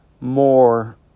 more